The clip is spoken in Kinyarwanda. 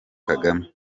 kagame